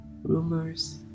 Rumors